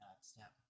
step